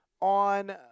on